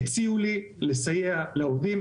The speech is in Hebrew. הציעו לי לסייע לעובדים,